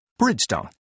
Bridgestone